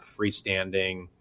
freestanding